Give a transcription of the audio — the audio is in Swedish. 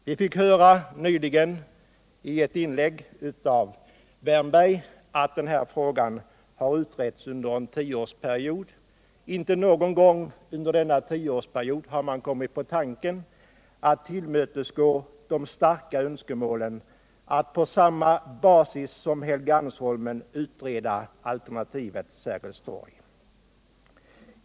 Vi fick höra nyss i ett inlägg av Erik Wärnberg att den här frågan har utretts under en tioårsperiod. Inte någon gång under denna tioårsperiod har man kommit på tanken att tillmötesgå de starka önskemålen att på samma basis som Helgeandsholmen utreda alternativet Sergels torg.